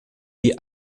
die